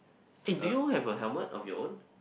eh do you have a helmet of your own